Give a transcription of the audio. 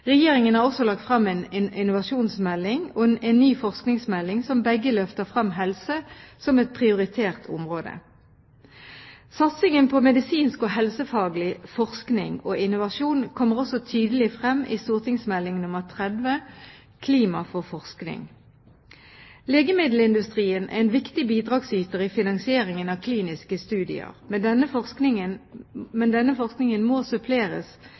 Regjeringen har også lagt frem en innovasjonsmelding og en ny forskningsmelding som begge løfter frem helse som et prioritert område. Satsingen på medisinsk- og helsefaglig forskning og innovasjon kommer også tydelig frem i St.meld. nr. 30 for 2008–2009 Klima for forskning. Legemiddelindustrien er en viktig bidragsyter i finansieringen av kliniske studier. Men denne forskningen må suppleres